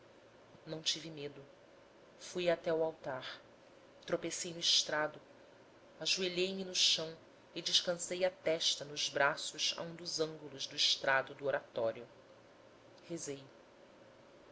não tive medo fui até ao altar tropecei no estrado ajoelhei-me no chão e descansei a testa nos braços a um dos ângulos do estrado do oratório rezei